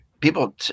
People